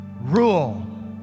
Rule